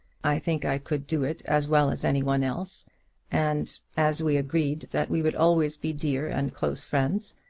i think i could do it as well as any one else and, as we agreed that we would always be dear and close friends,